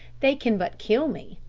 they can but kill me,